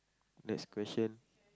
next question